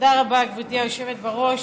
תודה רבה, גברתי היושבת בראש.